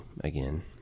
again